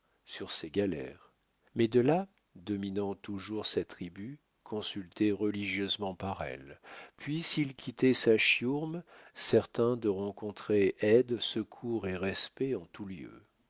sur ses galères mais de là dominant toujours sa tribu consulté religieusement par elle puis s'il quittait sa chiourme certain de rencontrer aide secours et respect en tous lieux